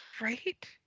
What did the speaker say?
right